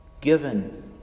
given